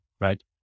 right